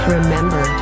Remember